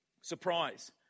surprise